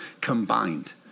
combined